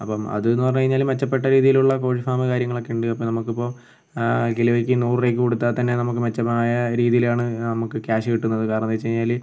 അപ്പം അത് എന്ന് പറഞ്ഞ് കഴിഞ്ഞാൽ മെച്ചപ്പെട്ട രീതിയിലുള്ള കോഴി ഫാമ് കാര്യങ്ങളൊക്കെ ഉണ്ട് നമുക്ക് ഇപ്പോൾ കിലോയ്ക്ക് നൂറ് രൂപയ്ക്ക് കൊടുത്താൽ തന്നെ നമുക്ക് മെച്ചമായ രീതിയിലാണ് നമുക്ക് ക്യാഷ് കിട്ടുന്നത് കാരണം എന്ന് വെച്ച് കഴിഞ്ഞാൽ